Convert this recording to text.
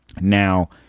Now